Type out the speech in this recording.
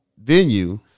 venue